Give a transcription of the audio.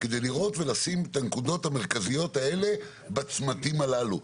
כדי לראות ולשים את הנקודות המרכזיות האלה בצמתים הללו.